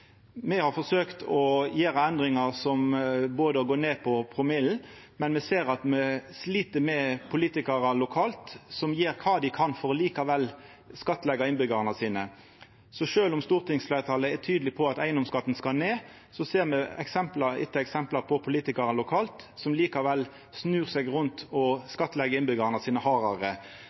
Me har forsøkt å gjera endringar som senkar promillen, men me slit med politikarar lokalt som gjer kva dei kan for likevel å skattleggja innbyggjarane sine. Sjølv om stortingsfleirtalet er tydeleg på at eigedomsskatten skal ned, ser me eksempel etter eksempel på at politikarar lokalt likevel snur seg rundt og skattelegg innbyggjarane sine